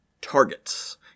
targets